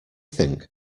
think